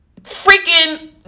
freaking